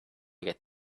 get